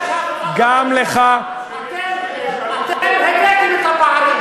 אתם הבאתם את הפערים.